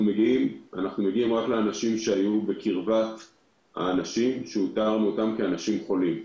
אנחנו מגיעים רק לאנשים שהיו בקרבת האנשים שאותרו כחולים,